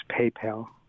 PayPal